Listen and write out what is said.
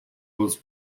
was